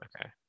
Okay